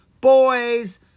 Boys